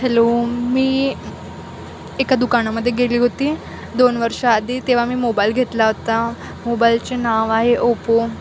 hello मी एका दुकानामध्ये गेली होती दोन वर्षं आधी तेव्हा मी मोबाईल घेतला होता मोबाईलचे नाव आहे ओपो